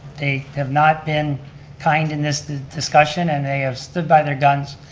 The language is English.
they have not been kind in this discussion and they have stood by their guns.